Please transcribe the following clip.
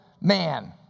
man